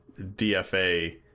DFA